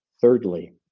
Thirdly